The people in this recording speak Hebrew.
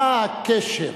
מה הקשר